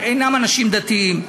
אינם אנשים דתיים.